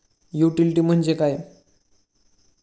Utility म्हणजे काय?